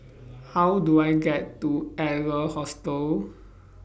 How Do I get to Adler Hostel